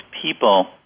people